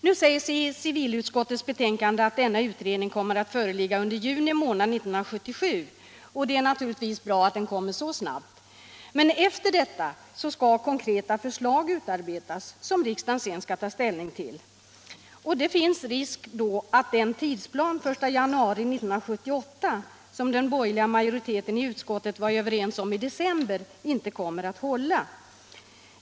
Nu sägs i civilutskottets betänkande att denna utredning kommer att föreligga under juni månad 1977, och det är naturligtvis bra att den kommer så snabbt. Men därefter skall konkreta förslag utarbetas, som riksdagen sedan skall ta ställning till. Det är därför risk för att den plan för tiden fram till den 1 januari 1978, som den borgerliga majoriteten i utskottet var överens om i december, inte kommer att hålla.